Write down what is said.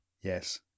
Yes